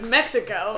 Mexico